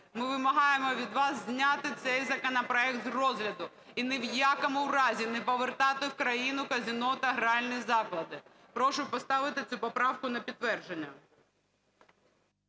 Ми вимагаємо від вас зняти цей законопроект з розгляду і ні в якому разі не повертати в країну казино та гральні заклади. Прошу поставити цю поправку на підтвердження.